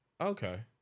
okay